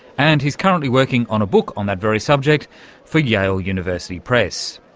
and he's currently working on a book on that very subject for yale university press.